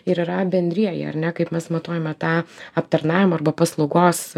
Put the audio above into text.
ir yra bendrieji ar ne kaip mes matuojame tą aptarnavimo arba paslaugos